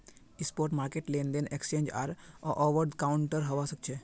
spot market लेनदेन exchange या over the counter हवा सक्छे